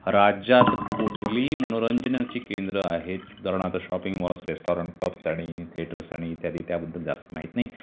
राज्यात कुठली मनोरंजनाची केंद्रं आहेत उदाहरणार्थ शॉपिंग मॉल्स रेस्टॉरंन्ट पब्स आणि थेटर्स आणि इत्यादी त्याबद्दल जास्त माहीत नाही